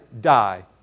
die